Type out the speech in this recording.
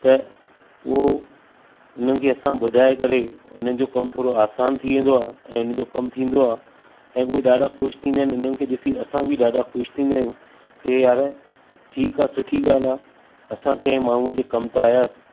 त उहो हुननि खे असां ॿुधाए करे हुननि जो कमु थोड़ो आसान थी वेंदो आहे ऐं हुन जो कमु थींदो आहे ऐं उहे ॾाढा खु़शि थींदा आहिनि हुननि खे डि॒सी करे असां बि ॾाढा खु़शि थींदा आहियूं के यार ठीक आहे सुठी ॻाल्हि आहे असां के माण्हूं जे कमु त आयासीं